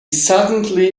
suddenly